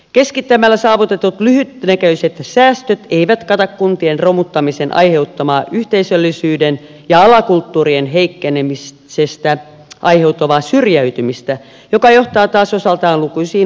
keskittämällä saavutetut lyhytnäköiset säästöt eivät kata kuntien romuttamisen aiheuttamasta yhteisöllisyyden ja alakulttuurien heikkenemisestä aiheutuvaa syrjäytymistä joka johtaa taas osaltaan lukuisiin muihin ongelmiin